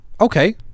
Okay